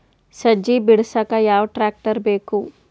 ಸಜ್ಜಿ ಬಿಡಸಕ ಯಾವ್ ಟ್ರ್ಯಾಕ್ಟರ್ ಬೇಕು?